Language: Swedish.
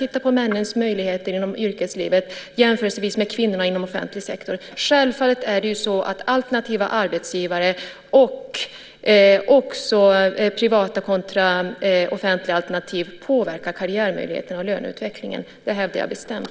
Titta på männens möjligheter inom yrkeslivet i jämförelse med kvinnorna inom offentlig sektor. Självfallet är det så att alternativa arbetsgivare och också privata kontra offentliga alternativ påverkar karriärmöjligheterna och löneutvecklingen. Det hävdar jag bestämt.